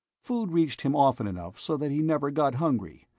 food reached him often enough so that he never got hungry,